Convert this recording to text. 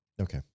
okay